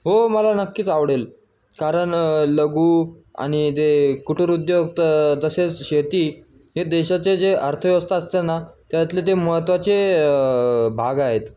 हो मला नक्कीच आवडेल कारण लघु आणि जे कुटिर उद्योग तर तसेच शेती हे देशाचे जे अर्थव्यवस्था असते ना त्यातले ते महत्त्वाचे भाग आहेत